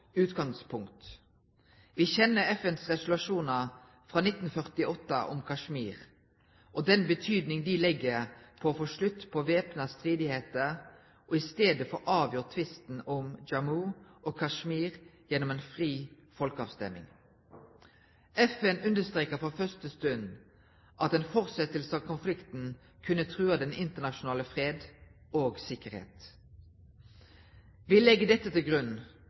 Vi kjenner FNs resolusjoner fra 1948 om Kashmir, og den betydning de legger i å få slutt på væpnede stridigheter og i stedet få avgjort tvisten om Jammu og Kashmir gjennom en fri folkeavstemning. FN understreket fra første stund at en fortsettelse av konflikten kunne true den internasjonale fred og sikkerhet. Vi legger dette til grunn